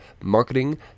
Marketing